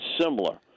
similar